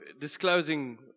disclosing